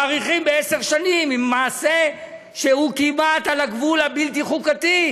מאריכים בעשר שנים עם מעשה שהוא כמעט על הגבול הבלתי-חוקתי.